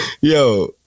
Yo